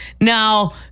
now